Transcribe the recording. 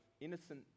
innocent